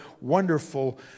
wonderful